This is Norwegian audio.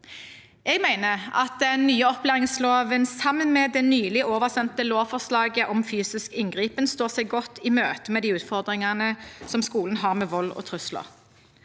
Jeg mener at den nye opplæringsloven – sammen med det nylig oversendte lovforslaget om fysisk inngripen – står seg godt i møte med de utfordringene som skolen har med vold og trusler.